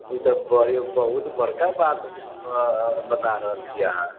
ई त बहुत बरका बात बताए रहल छी अहाँ